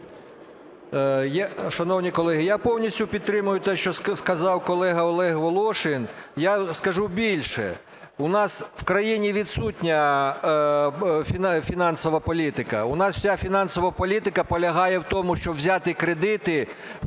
Шановні колеги, я повністю підтримую те, що сказав колега Олег Волошин. Я скажу більше, у нас в країні відсутня фінансова політика. У нас вся фінансова політика полягає в тому, щоб взяти кредити,